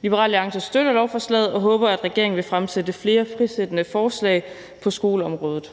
Liberal Alliance støtter lovforslaget og håber, at regeringen vil fremsætte flere frisættende forslag på skoleområdet.